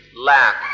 lack